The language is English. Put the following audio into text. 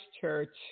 church